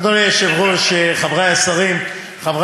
אדוני שר הרווחה ישיב על הצעות החוק.